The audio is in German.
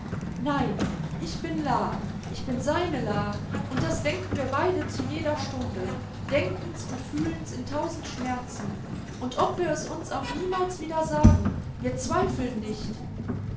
nein ich bin la ich bin seine la und das denken wir beide zu jeder stunde denken's und fühlen's in tausend schmerzen und ob wir es uns auch niemals wieder sagen wir zweifeln nicht